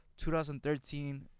2013